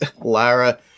Lara